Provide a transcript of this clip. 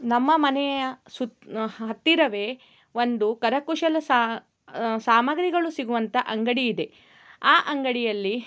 ನಮ್ಮ ಮನೆಯ ಸುತ್ತ ಹತ್ತಿರವೇ ಒಂದು ಕರಕುಶಲ ಸಾಮಾಗ್ರಿಗಳು ಸಿಗುವಂಥ ಅಂಗಡಿ ಇದೆ ಆ ಅಂಗಡಿಯಲ್ಲಿ